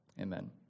amen